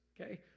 Okay